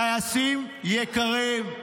טייסים יקרים,